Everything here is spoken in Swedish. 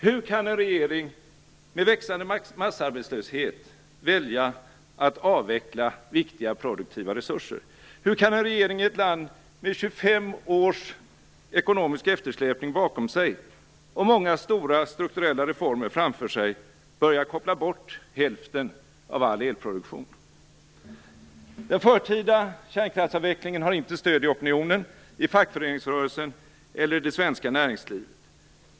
Hur kan en regering med växande massarbetslöshet välja att avveckla viktiga produktiva resurser? Hur kan en regering i ett land med 25 års ekonomisk eftersläpning bakom sig och många stora strukturella reformer framför sig börja koppla bort hälften av all elproduktion? Den förtida kärnkraftsavvecklingen har inte stöd i opinionen, i fackföreningsrörelsen eller i det svenska näringslivet.